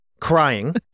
crying